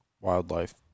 wildlife